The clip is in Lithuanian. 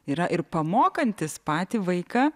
yra ir pamokantis patį vaiką